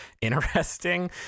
interesting